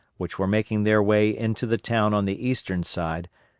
which were making their way into the town on the eastern side,